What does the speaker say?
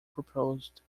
proposed